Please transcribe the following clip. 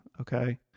Okay